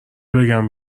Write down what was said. بگم